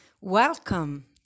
Welcome